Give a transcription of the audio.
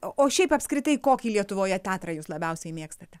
o šiaip apskritai kokį lietuvoje teatrą jūs labiausiai mėgstate